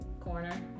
corner